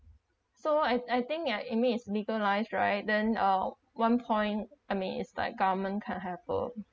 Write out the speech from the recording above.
so I I think ya it mean is legalise right then uh one point I mean is like government can have uh